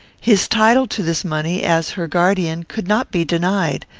his title to this money, as her guardian, could not be denied.